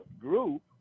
group